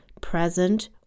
present